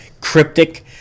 cryptic